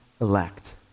elect